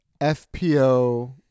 FPO